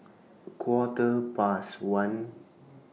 Quarter Past one